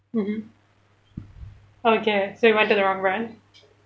mmhmm okay so you went to the wrong one